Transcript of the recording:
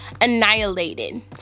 annihilated